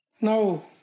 No